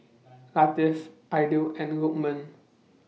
Latif Aidil and Lokman